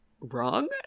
wrong